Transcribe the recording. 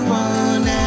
one